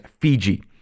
Fiji